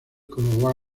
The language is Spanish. como